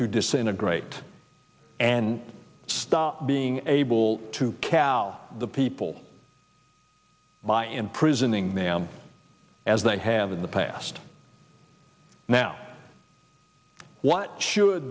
to disintegrate and stop being able to cal the people by imprisoning them as they have in the past now what should